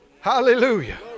Hallelujah